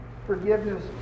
Forgiveness